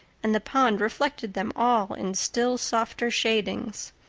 and the pond reflected them all in still softer shadings.